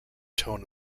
tone